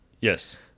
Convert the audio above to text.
Yes